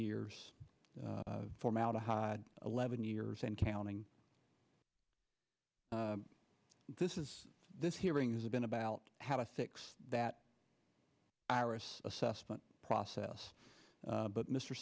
years formaldehyde eleven years and counting this is this hearing has been about how to fix that iris assessment process but mr